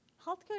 Healthcare